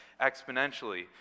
exponentially